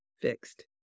fixed